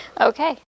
Okay